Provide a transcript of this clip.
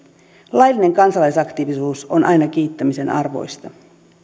laillinen kansalaisaktiivisuus on aina kiittämisen arvoista